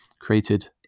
created